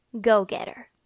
Go-getter